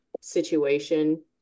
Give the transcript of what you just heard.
situation